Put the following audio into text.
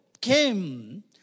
came